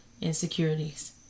insecurities